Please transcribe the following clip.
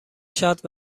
شاد